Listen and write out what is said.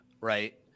right